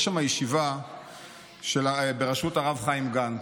יש שם ישיבה בראשות הרב חיים גנץ,